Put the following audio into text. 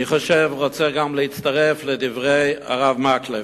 אני רוצה גם להצטרף לדברי הרב מקלב.